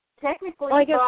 technically